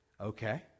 okay